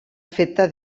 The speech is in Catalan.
feta